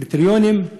הקריטריונים,